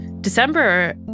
December